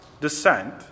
descent